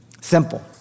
Simple